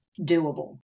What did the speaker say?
doable